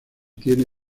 tiene